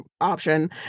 option